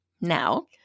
now